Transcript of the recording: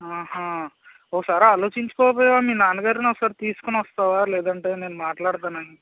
ఒకసారి ఆలోచించుకోకపోయావా మీ నాన్నగారిని ఒకసారి తీసుకొని వస్తావా లేదంటే నేను మాట్లాడతాను ఆయన